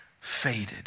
faded